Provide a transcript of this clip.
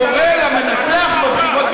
קורא למנצח בבחירות,